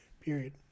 period